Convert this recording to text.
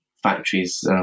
Factories